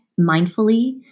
mindfully